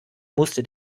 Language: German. musste